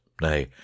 Nay